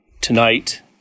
tonight